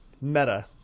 meta